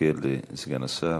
נחכה לסגן השר.